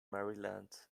maryland